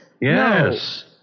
Yes